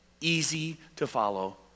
easy-to-follow